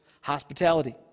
hospitality